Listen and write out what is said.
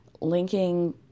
linking